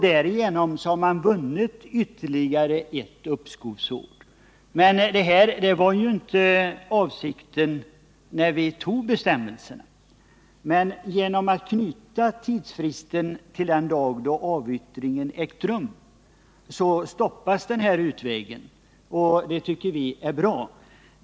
Därigenom har man vunnit ytterligare ett års uppskov. Detta var inte avsikten när vi antog bestämmelserna. Genom att tidsfristen knyts till den dag då avyttringen äger rum stoppas denna utväg, och det tycker vi är bra.